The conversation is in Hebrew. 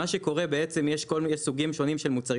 מה שקורה זה שיש סוגים שונים של מוצרים,